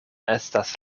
estas